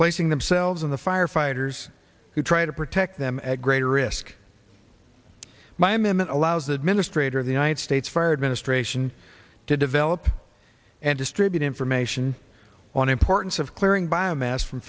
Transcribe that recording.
placing themselves in the firefighters who try to protect them at greater risk my minute allows administrator of the united states fired ministration to develop and distribute information on importance of clearing biomass from